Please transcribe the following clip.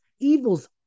Evil's